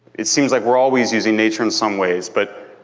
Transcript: it seems like we're always using nature in some ways, but,